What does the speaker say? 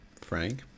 Frank